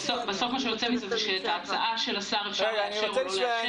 בסוף מה שיוצא מזה הוא שאת ההצעה של השר אפשר לאשר או לא לאשר בכללותה.